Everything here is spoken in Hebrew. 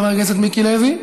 חבר הכנסת מיקי לוי,